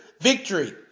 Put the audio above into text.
victory